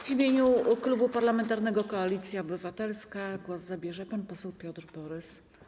W imieniu Klubu Parlamentarnego Koalicja Obywatelska głos zabierze pan poseł Piotr Borys.